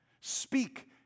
Speak